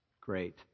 Great